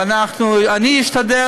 ואני אשתדל,